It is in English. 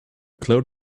cloud